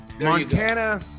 Montana